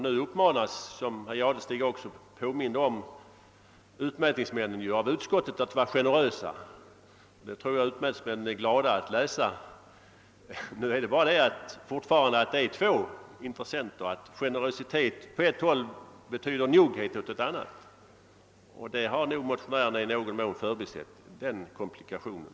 Nu uppmanas, som herr Jadestig också påminde om, utmätningsmännen av utskottet att vara generösa. Jag tror att utmätningsmännen är glada över att få läsa detta. Det är emellertid fortfarande två motsatta intressen, nämligen att generositet åt ett håll betyder njugghet åt ett annat. Motionärerna har nog i någon mån förbisett den komplikationen.